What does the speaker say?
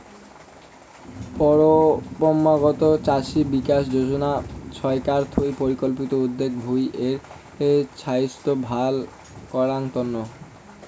পরম্পরাগত কৃষি বিকাশ যোজনা ছরকার থুই পরিকল্পিত উদ্যগ ভূঁই এর ছাইস্থ ভাল করাঙ তন্ন